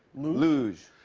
luge?